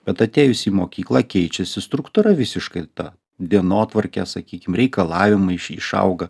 bet atėjus į mokyklą keičiasi struktūra visiškai ta dienotvarkė sakykim reikalavimai išauga